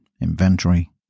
inventory